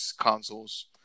consoles